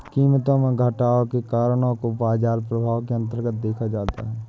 कीमतों में घटाव के कारणों को बाजार प्रभाव के अन्तर्गत देखा जाता है